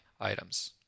items